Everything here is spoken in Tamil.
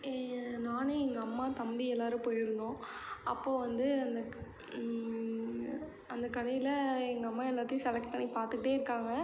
நான் எங்கள் அம்மா தம்பி எல்லாரும் போயிருந்தோம் அப்போது வந்து அந்த அந்த கடையில் எங்கள் அம்மா எல்லாத்தையும் செலக்ட் பண்ணி பார்த்துகிட்டே இருக்காங்க